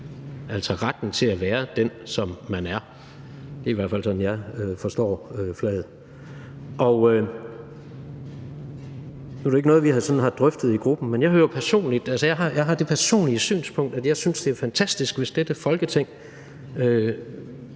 altså retten til at være den, som man er. Det er i hvert fald sådan, jeg forstår flaget. Nu er det ikke noget, vi har drøftet i gruppen, men jeg har det personlige synspunkt, at jeg ville synes, det var fantastisk, hvis dette Folketing